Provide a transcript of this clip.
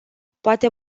poate